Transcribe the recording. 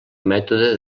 mètode